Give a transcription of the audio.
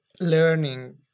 learning